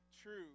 true